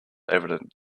evident